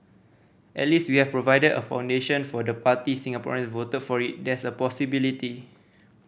at least we have provided a foundation for the party Singaporeans voted for it there's a possibility